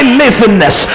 laziness